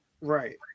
Right